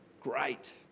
Great